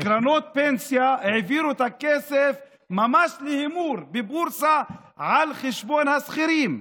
קרנות הפנסיה העבירו את הכסף ממש בהימור בבורסה על חשבון השכירים.